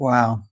Wow